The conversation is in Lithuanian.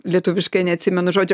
lietuviškai neatsimenu žodžio